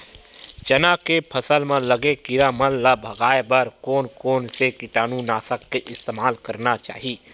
चना के फसल म लगे किड़ा मन ला भगाये बर कोन कोन से कीटानु नाशक के इस्तेमाल करना चाहि?